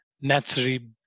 naturally